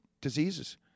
diseases